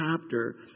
chapter